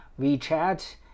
WeChat